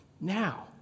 now